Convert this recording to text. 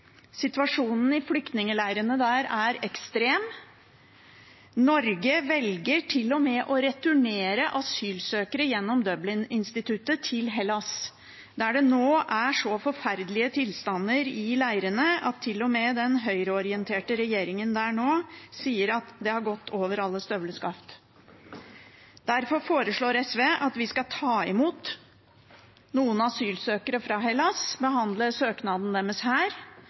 Situasjonen i flyktningleirene der er ekstrem. Norge velger til og med å returnere asylsøkere gjennom Dublin-instituttet til Hellas, der det nå er så forferdelige tilstander i leirene at til og med den høyreorienterte regjeringen der sier at det har gått over alle støvleskaft. Derfor foreslår SV at vi skal ta imot noen asylsøkere fra Hellas, behandle søknaden deres her,